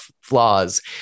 flaws